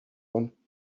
one